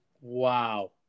Wow